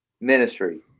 ministry